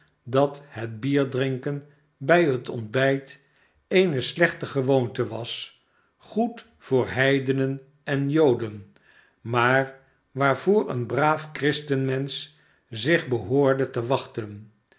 dat het bierdrinken bij het ontbijt eene slechte gewoonte was goed voor heidenen en joden maar waarvoor een braaf christenmensch zich behoorde te wachten